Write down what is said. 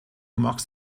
machst